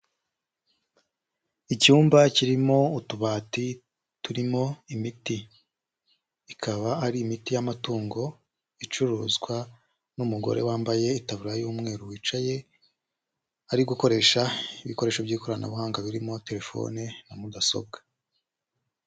Icyumba kirimo utubati turimo imiti, ikaba ari imiti y'amatungo icuruzwa n'umugore wambaye itaburiya y'umweru wicaye ari gukoresha ibikoresho by'ikoranabuhanga birimo telefone na mudasobwa.